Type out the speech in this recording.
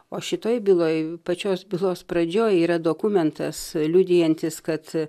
o šitoj byloj pačios bylos pradžioje yra dokumentas liudijantis kad